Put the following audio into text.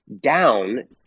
down